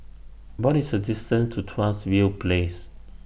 What IS The distance to Tuas View Place